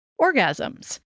Orgasms